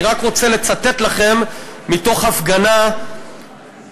אני רק רוצה לצטט לכם מתוך הפגנה באירופה.